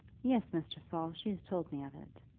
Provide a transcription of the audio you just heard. yes, mr. saul she has told me of it.